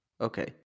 Okay